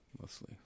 mostly